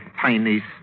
tiny